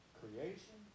creation